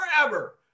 forever